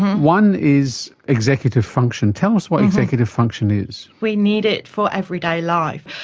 one is executive function tell us what executive function is. we need it for everyday life,